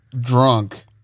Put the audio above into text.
drunk